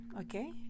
okay